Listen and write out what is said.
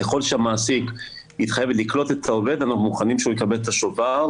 ככל שהמעסיק יתחייב לקלוט את העובד אנחנו מוכנים שהוא יקבל את השובר,